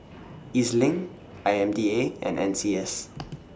E Z LINK I M D A and N C S